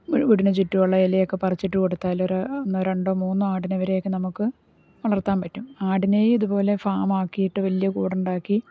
വീടിന് ചുറ്റുമുള്ള ഇലയൊക്കെ പറിച്ചിട്ട് കൊടുത്താൽ ഒരു ഒന്ന് രണ്ട് മൂന്ന് ആടിനെ വരെയൊക്കെ നമുക്ക് വളർത്താൻ പറ്റും ആടിനെ ഇതുപോലെ ഫാമാക്കിയിട്ട് വലിയ കൂടുണ്ടാക്കി